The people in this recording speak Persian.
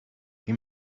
این